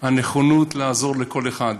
הנכונות לעזור לכל אחד,